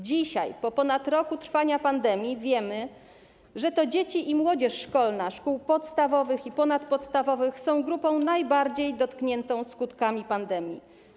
Dzisiaj, po ponad roku trwania pandemii, wiemy, że to dzieci i młodzież szkolna szkół podstawowych i ponadpodstawowych są grupą najbardziej dotkniętą skutkami pandemii.